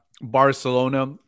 Barcelona